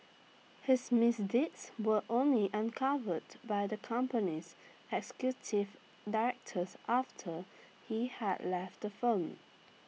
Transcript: his misdeeds were only uncovered by the company's executive directors after he had left the firm